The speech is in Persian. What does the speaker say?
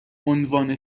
عنوان